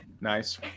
Nice